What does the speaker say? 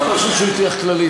אני חושב שהוא לא הטיח כללית,